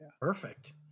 Perfect